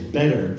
better